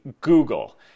Google